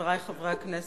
חברי חברי הכנסת,